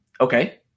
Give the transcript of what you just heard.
okay